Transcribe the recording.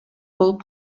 болуп